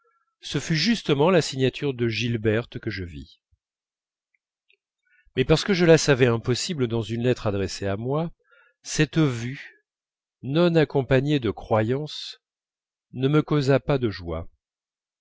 ce fut justement la signature de gilberte que je vis mais parce que je la savais impossible dans une lettre adressée à moi cette vue non accompagnée de croyance ne me causa pas de joie